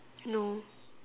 no